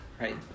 Right